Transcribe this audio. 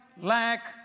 lack